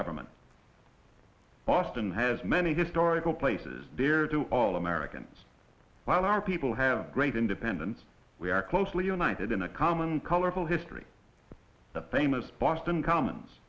government austin has many historical places dear to all americans while our people have great independence we are closely united in a common colorful history that famous boston commons